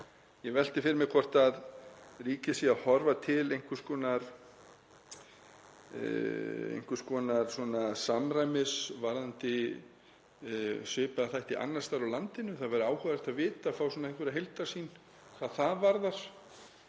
Ég velti fyrir mér hvort ríkið sé að horfa til einhvers konar samræmis varðandi svipaða þætti annars staðar á landinu. Það væri áhugavert að vita og fá svona einhverja heildarsýn hvað það varðar,